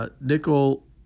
Nickel